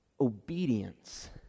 obedience